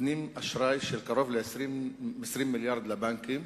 נותנים אשראי של קרוב ל-20 מיליארד לבנקים,